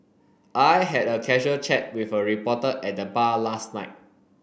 I had a casual chat with a reporter at the bar last night